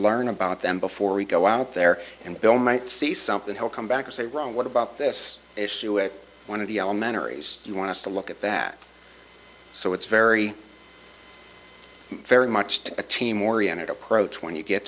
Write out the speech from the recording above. learn about them before we go out there and bill might see something he'll come back or say wrong what about this issue is one of the elementary you want to look at that so it's very very much to a team oriented approach when you get